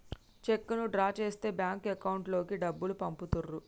చెక్కును డ్రా చేస్తే bank account లోకి డబ్బులు పంపుతుర్రు